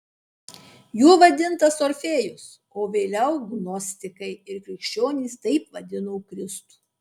juo vadintas orfėjus o vėliau gnostikai ir krikščionys taip vadino kristų